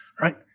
right